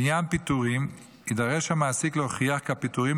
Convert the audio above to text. לעניין פיטורים יידרש המעסיק להוכיח כי הפיטורים